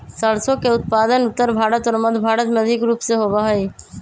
सरसों के उत्पादन उत्तर भारत और मध्य भारत में अधिक रूप से होबा हई